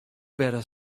better